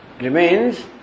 remains